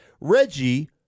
reggie